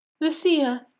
Lucia